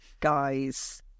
guys